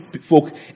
folk